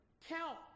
count